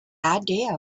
idea